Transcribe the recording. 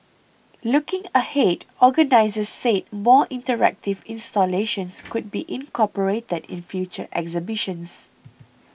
looking ahead organisers said more interactive installations could be incorporated in future exhibitions